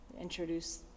introduce